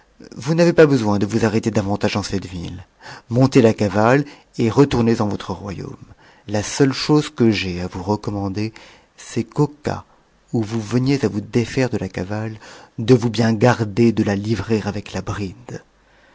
vous n'avez pas besoin de vous arrêter davantage en cette ville montez la cavale et retournez en votre royaume la seule chose que j'ai à vous recommander c'est qu'au cas où vous veniez à vous défaire de la cavale de vous bien garder de la livrer avec la bride